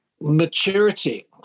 maturity